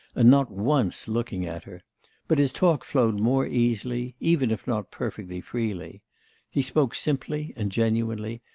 and not once looking at her but his talk flowed more easily, even if not perfectly freely he spoke simply and genuinely,